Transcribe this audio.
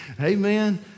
amen